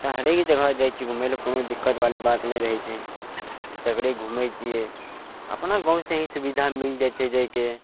तऽ हरेक जगह जाइ छियै घुमय लए कोनो दिक्कतवाली बात नहि रहय छै सगरे घुमय छियै अपना गाँवसँ ही सुविधा मिल जाइ छै जाइके